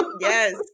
Yes